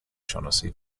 shaughnessy